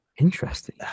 Interesting